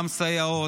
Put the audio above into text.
גם סייעות,